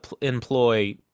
employ